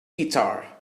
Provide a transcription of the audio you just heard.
guitar